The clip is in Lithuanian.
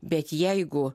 bet jeigu